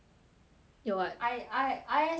your what I I I_S_T_J